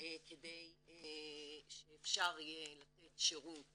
כדי שאפשר יהיה לתת שירות